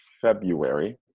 February